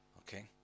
Okay